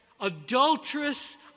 adulterous